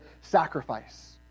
sacrifice